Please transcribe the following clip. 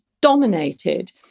dominated